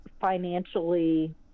financially